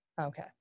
okay